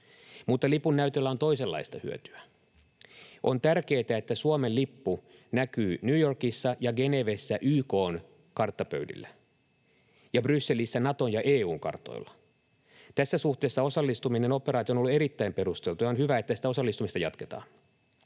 Mutta lipun näytöllä on toisenlaista hyötyä. On tärkeätä, että Suomen lippu näkyy New Yorkissa ja Genevessä YK:n karttapöydillä ja Brysselissä Naton ja EU:n kartoilla. Tässä suhteessa osallistuminen operaatioon on ollut erittäin perusteltua, ja on hyvä, että sitä osallistumista jatketaan.